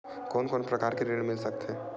कोन कोन प्रकार के ऋण मिल सकथे?